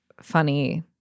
Funny